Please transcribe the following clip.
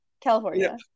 California